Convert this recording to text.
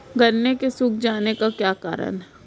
गन्ने के सूख जाने का क्या कारण है?